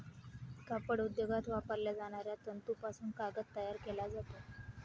कापड उद्योगात वापरल्या जाणाऱ्या तंतूपासून कागद तयार केला जातो